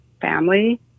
family